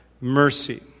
mercy